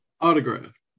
Autograph